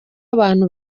abantu